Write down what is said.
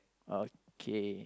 okay